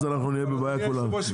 אז נהיה בבעיה כולנו.